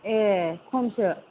ए खमसो